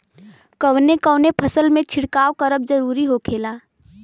कवने कवने फसल में छिड़काव करब जरूरी होखेला?